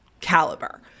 caliber